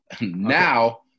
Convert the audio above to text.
Now